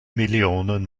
millionen